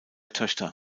töchter